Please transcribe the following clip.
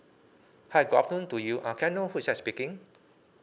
hi good afternoon to you uh can I know who is there speaking